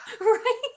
Right